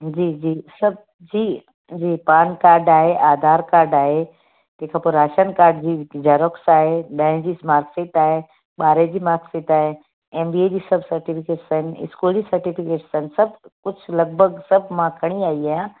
जी जी सभु जी जी पान कार्ड आहे आधार कार्ड आहे तंहिंखां पोइ राशन कार्ड जी जेरॉक्स आहे ॾहें जी मार्कशीट आहे ॿारहें जी मार्कशीट आहे एम बी ए जी सभु स्रटीफ़िकेट्स आहिनि स्कूल जी सर्टीफ़िकेट्स आहिनि सभु कुझु लगभॻि सभु मां खणी आई आहियां